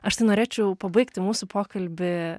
aš tai norėčiau pabaigti mūsų pokalbį